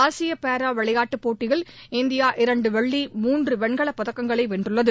ஆசிய பாரா விளையாட்டுப் போட்டியில் இந்தியா இரண்டு வெள்ளி மூன்று வெண்கலப் பதக்கங்களை வென்றுள்ளது